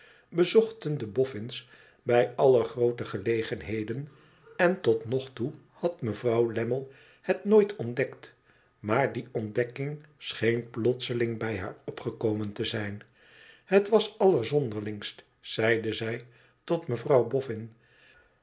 bezochten de boffins bij alle roote gelegenheden en tot nog toe had mevrouw lammie het nooit ontdekt maar die ontdekking scheen plotseling bij haar opgekomen te zijn het was allerzonderlingst zeide zij tot mevrouw biofn